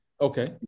Okay